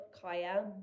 Kaya